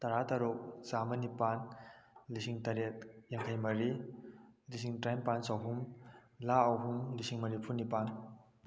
ꯇꯔꯥ ꯇꯔꯨꯛ ꯆꯥꯝꯃ ꯅꯤꯄꯥꯜ ꯂꯤꯁꯤꯡ ꯇꯔꯦꯠ ꯌꯥꯡꯈꯩ ꯃꯔꯤ ꯂꯤꯁꯤꯡ ꯇꯔꯥꯅꯤꯄꯥꯜ ꯆꯥꯍꯨꯝ ꯂꯥꯛ ꯑꯍꯨꯝ ꯂꯤꯁꯤꯡ ꯃꯔꯤꯐꯨ ꯅꯤꯄꯥꯜ